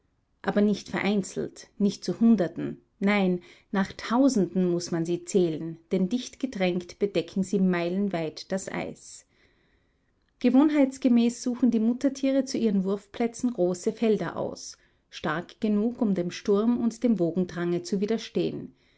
aber nicht vereinzelt nicht zu hunderten nein nach tausenden muß man sie zählen denn dicht gedrängt bedecken sie meilenweit das eis gewohnheitsgemäß suchen die muttertiere zu ihren wurfplätzen große felder aus stark genug um dem sturm und dem wogendrange zu widerstehen